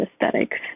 aesthetics